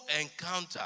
encounter